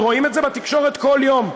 רואים את זה בתקשורת כל יום.